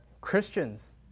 Christians